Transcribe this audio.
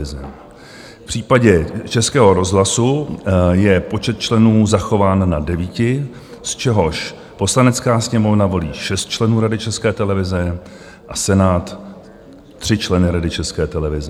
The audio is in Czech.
V případě Českého rozhlasu je počet členů zachován na 9, z čehož Poslanecká sněmovna volí 6 členů Rady České televize a Senát 3 členy Rady České televize.